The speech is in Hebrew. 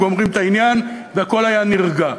גומרים את העניין והכול היה נרגע.